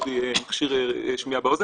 יש לי מכשיר שמיעה באוזן.